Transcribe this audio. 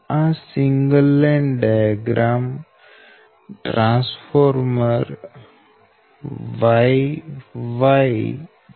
આ single line diagram transformer Y Y છે